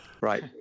right